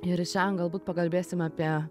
ir šian galbūt pakalbėsim apie